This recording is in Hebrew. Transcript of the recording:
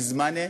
מזמן אין.